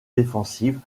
défensives